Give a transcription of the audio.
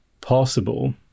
possible